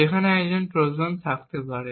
যেখানে একজন ট্রোজান থাকতে পারে